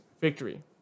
victory